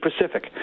Pacific